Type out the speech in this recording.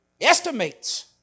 Estimates